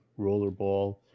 Rollerball